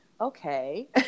okay